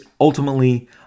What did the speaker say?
ultimately